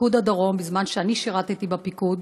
בפיקוד הדרום בזמן שאני שירתי בפיקוד,